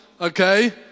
okay